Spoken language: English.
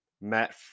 Matt